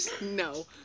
No